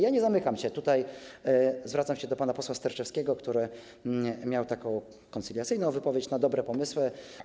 Ja nie zamykam się tutaj - zwracam się do pana posła Sterczewskiego, który miał taką koncyliacyjną wypowiedź - na dobre pomysły.